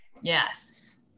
Yes